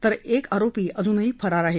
तर एक आरोपी अजूनही फरार आहे